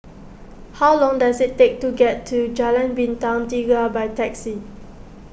how long does it take to get to Jalan Bintang Tiga by taxi